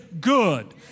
good